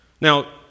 Now